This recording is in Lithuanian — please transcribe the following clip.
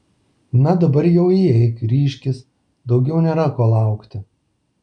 na dabar jau įeik ryžkis daugiau nėra ko laukti